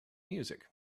music